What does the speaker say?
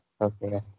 Okay